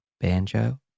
Banjo